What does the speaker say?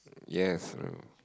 yes bro